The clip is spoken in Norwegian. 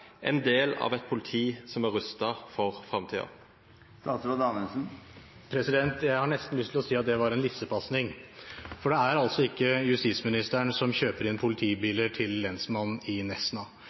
en del av et politi som er rustet for framtiden? Jeg har nesten lyst til å si at det var en lissepasning, for det er ikke justisministeren som kjøper inn politibiler til lensmannen i Nesna.